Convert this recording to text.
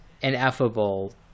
ineffable